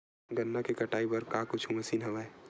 गन्ना के कटाई बर का कुछु मशीन हवय?